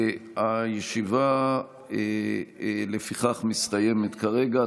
הישיבה לפיכך מסתיימת כרגע.